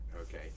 okay